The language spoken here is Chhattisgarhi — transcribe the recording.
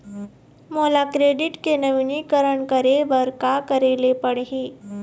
मोला क्रेडिट के नवीनीकरण करे बर का करे ले पड़ही?